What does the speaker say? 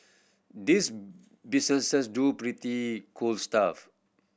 these businesses do pretty cool stuff